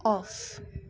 off